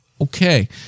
Okay